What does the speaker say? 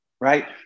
right